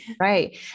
Right